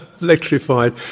electrified